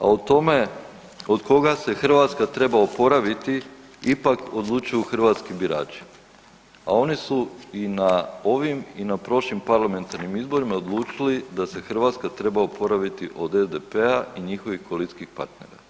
A o tome od koga se Hrvatska treba oporaviti ipak odlučuju hrvatski birači, a oni su i na ovim i na prošlim parlamentarnim izborima odlučili da se Hrvatska treba oporaviti od SDP-a i njihovih koalicijskih partnera.